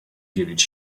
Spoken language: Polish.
dzielić